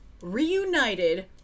reunited